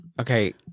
Okay